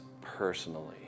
personally